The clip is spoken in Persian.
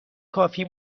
کافی